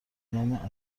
نام